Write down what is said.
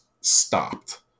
stopped